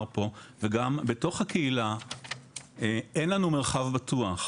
פה וגם בתוך הקהילה אין לנו מרחב בטוח,